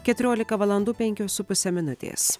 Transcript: keturiolika valandų penkios su puse minutės